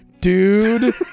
dude